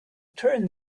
turn